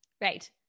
Right